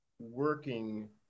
working